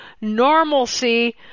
normalcy